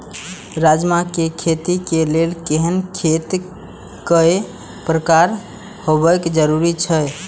राजमा के खेती के लेल केहेन खेत केय प्रकार होबाक जरुरी छल?